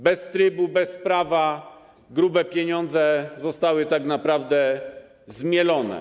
Bez trybu, bez prawa grube pieniądze zostały tak naprawdę zmielone.